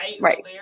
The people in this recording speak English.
right